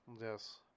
Yes